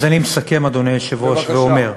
אז אני מסכם, אדוני היושב-ראש, ואומר: